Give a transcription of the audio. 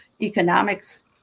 economics